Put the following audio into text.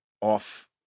off